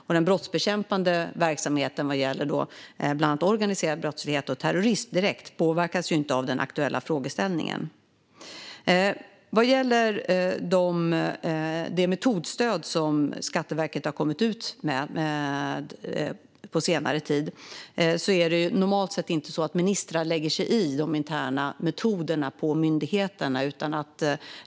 Den direkt brottsbekämpande verksamheten vad gäller bland annat organiserad brottslighet och terrorism påverkas inte av den aktuella frågeställningen. Vad gäller det metodstöd som Skatteverket har kommit ut med på senare tid är det normalt sett inte så att ministrar lägger sig i de interna metoderna på myndigheterna.